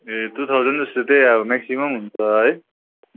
ए two thousand जस्तो चाहिँ अब म्याक्सिमम हुन्छ है